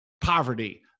poverty